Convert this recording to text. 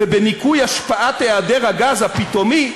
ובניכוי השפעת היעדר הגז הפתאומי,